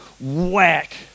whack